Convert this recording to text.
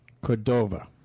Cordova